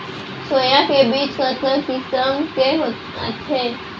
Soya के बीज कतका किसम के आथे?